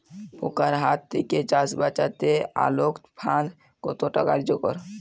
পোকার হাত থেকে চাষ বাচাতে আলোক ফাঁদ কতটা কার্যকর?